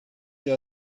der